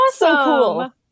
awesome